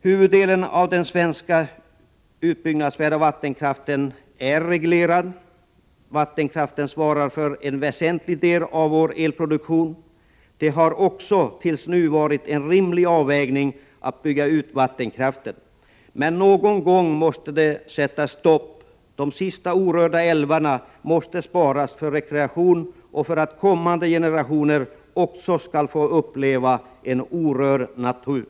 Huvuddelen av den svenska utbyggnadsvärda vattenkraften är reglerad. Vattenkraften svarar för en väsentlig del av vår elproduktion. Det har också tills nu skett en rimlig avvägning när det gäller att bygga ut vattenkraften. Men någon gång måste det sättas stopp. De sista orörda älvarna måste sparas för rekreation och för att kommande generationer också skall få uppleva en orörd natur.